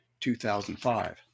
2005